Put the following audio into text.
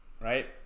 right